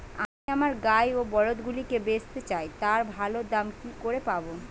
আমি আমার গাই ও বলদগুলিকে বেঁচতে চাই, তার ভালো দাম কি করে পাবো?